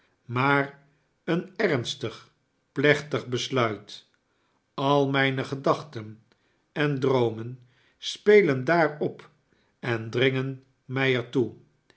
maar een ernstig plechtig besluit al mijne gedachten en droomen spelen daarop en dringen mij